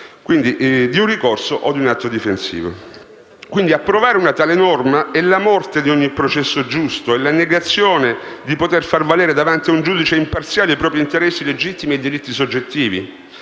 di un ricorso o atto difensivo. L'approvazione di una tale norma è la morte di ogni processo giusto ed equivale alla negazione di poter far valere davanti a un giudice imparziale i propri interessi legittimi e diritti soggettivi.